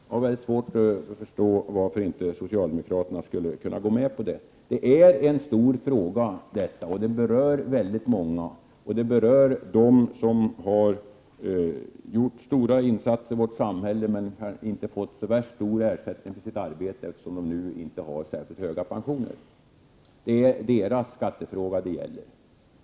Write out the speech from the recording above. Jag har mycket svårt att förstå varför socialdemokraterna inte skulle kunna gå med på detta krav. Det är en stor fråga. Den berör många, och den berör dem som har gjort stora insatser i vårt samhälle men som inte har fått så stor ersättning för sitt arbete, när de nu inte har särskilt höga pensioner. Det är deras skattefråga det gäller.